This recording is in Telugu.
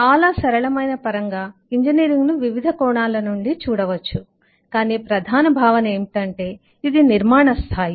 చాలా సరళమైన పరంగా ఇంజనీరింగ్ను వివిధ కోణాల నుండి చూడవచ్చు కాని ప్రధాన భావన ఏమిటంటే ఇది నిర్మాణ స్థాయి